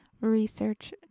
research